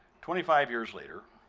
twenty five years later,